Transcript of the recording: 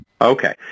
Okay